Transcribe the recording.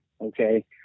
Okay